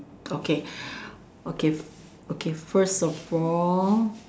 okay okay okay first of all